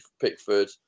Pickford